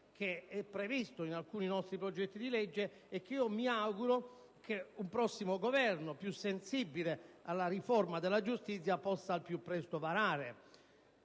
previsto in alcuni nostri progetti di legge e che mi auguro che un prossimo Governo, più sensibile alla riforma della giustizia, possa al più presto varare.